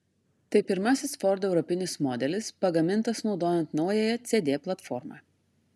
tai pirmasis ford europinis modelis pagamintas naudojant naująją cd platformą